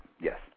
Yes